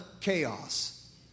chaos